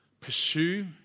pursue